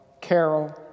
Carol